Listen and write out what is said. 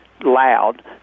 loud